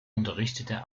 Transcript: unterrichtete